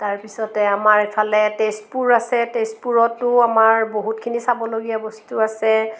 তাৰপিছতে আমাৰ ইফালে তেজপুৰ আছে তেজপুৰতো আমাৰ বহুতখিনি চাবলগীয়া বস্তু আছে